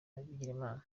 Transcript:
bigirimana